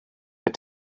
but